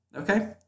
Okay